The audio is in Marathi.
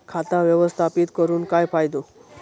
खाता व्यवस्थापित करून काय फायदो?